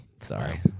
Sorry